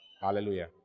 Hallelujah